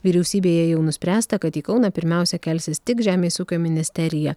vyriausybėje jau nuspręsta kad į kauną pirmiausia kelsis tik žemės ūkio ministerija